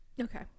Okay